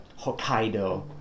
Hokkaido